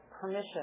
permission